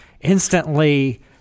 instantly